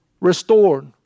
restored